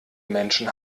menschen